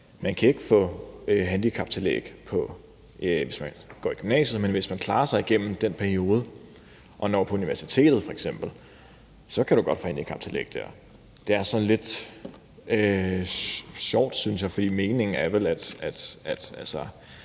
at de ikke kan få handicaptillæg, hvis de går i gymnasiet, men hvis de klarer sig igennem den periode og f.eks. når til universitetet, så kan de godt få handicaptillæg dér. Det er sådan lidt sjovt, synes jeg, for meningen er vel, at